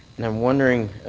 and i'm wondering,